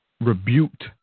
rebuked